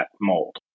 mold